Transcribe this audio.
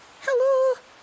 Hello